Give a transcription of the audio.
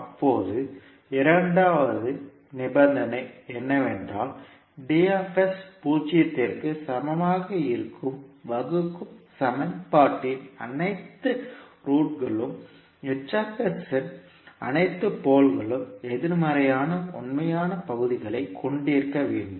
இப்போது இரண்டாவது நிபந்தனை என்னவென்றால் பூஜ்ஜியத்திற்கு சமமாக இருக்கும் வகுக்கும் சமன்பாட்டின் அனைத்து ரூட்களும் இன் அனைத்து போல்களும் எதிர்மறையான உண்மையான பகுதிகளைக் கொண்டிருக்க வேண்டும்